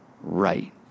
right